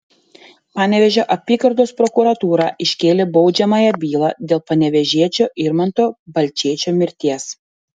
panevėžio apygardos prokuratūra iškėlė baudžiamąją bylą dėl panevėžiečio irmanto balčėčio mirties